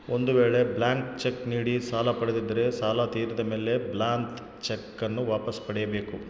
ಒಂದು ವೇಳೆ blank cheque ನೀಡಿ ಸಾಲ ಪಡೆದಿದ್ದರೆ ಸಾಲ ತೀರಿದ ಮೇಲೆ ಬ್ಲಾಂತ್ ಚೆಕ್ ನ್ನು ವಾಪಸ್ ಪಡೆಯ ಬೇಕು